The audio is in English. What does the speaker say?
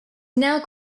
now